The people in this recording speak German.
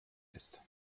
ist